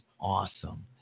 Awesome